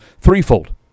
threefold